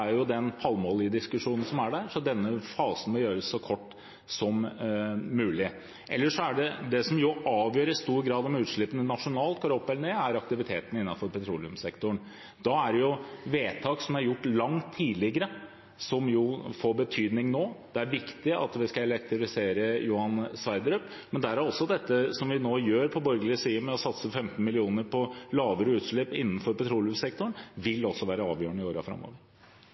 som i stor grad avgjør om utslippene nasjonalt går opp eller ned, er aktiviteten innenfor petroleumssektoren. Da er det vedtak som er gjort langt tidligere, som får betydning nå. Det er viktig at vi skal elektrifisere Johan Sverdrup, men der vil det vi gjør på borgerlig side med å satse 15 mill. kr på lavere utslipp innenfor petroleumssektoren, også være avgjørende i årene framover.